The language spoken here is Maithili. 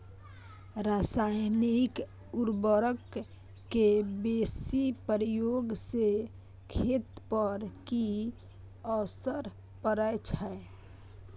रसायनिक उर्वरक के बेसी प्रयोग से खेत पर की असर परै छै?